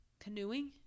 Canoeing